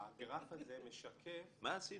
מה בוודאי?